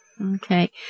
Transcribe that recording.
Okay